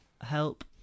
help